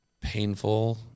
painful